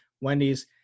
Wendy's